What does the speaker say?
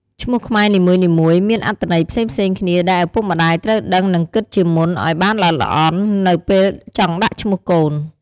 ឈ្មោះខ្មែរនីមួយៗមានអត្ថន័យផ្សេងៗគ្នាដែលឪពុកម្តាយត្រូវដឹងនិងគិតជាមុនអោយបានល្អិតល្អន់ នៅពេលចង់ដាក់ឈ្មោះកូន។